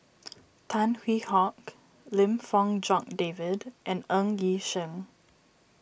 Tan Hwee Hock Lim Fong Jock David and Ng Yi Sheng